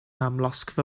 amlosgfa